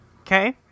Okay